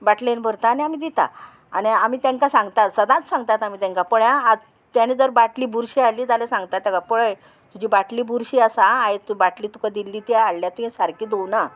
बाटलेन भरता आनी आमी दिता आनी आमी तेंका सांगतात सदांच सांगतात आमी तेंकां पळय आं आंत तेणें जर बाटली बुरशी हाडली जाल्यार सांगतात तेका पळय तुजी बाटली बुरशी आसा आं आयज तूं बाटली तुका दिल्ली ती हाडल्या तुवें सारकी धुवूना